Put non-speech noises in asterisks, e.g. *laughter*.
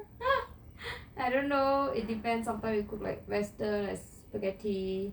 *laughs* I don't know it depends sometime we cook like western spaghetti